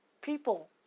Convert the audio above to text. people